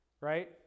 right